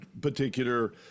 particular